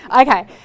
Okay